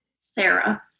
Sarah